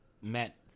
met